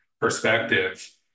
perspective